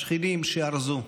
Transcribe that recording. השכנים שארזו.